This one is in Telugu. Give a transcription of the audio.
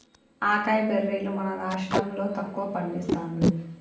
అకాయ్ బెర్రీలు మన రాష్టం లో తక్కువ పండిస్తాండ్లు